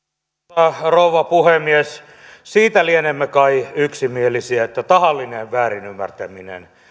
arvoisa rouva puhemies siitä lienemme kai yksimielisiä että tahallinen väärinymmärtäminen